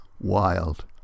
wild